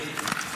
אורית.